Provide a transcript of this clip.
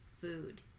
food